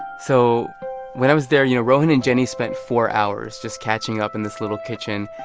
so when i was there, you know, rohin and jenny spent four hours just catching up in this little kitchen.